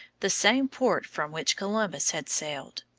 the same port from which columbus had sailed.